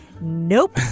nope